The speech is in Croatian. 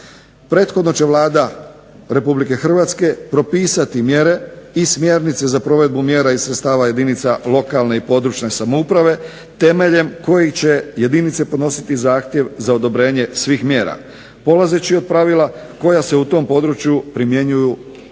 Prethodno će Vlada RH propisati mjere i smjernice za provedbu mjera i sredstava jedinica lokalne i područne samouprave temeljem kojih će jedinice podnositi zahtjev za odobrenje svih mjera polazeći od pravila koja se u tom području primjenjuju isto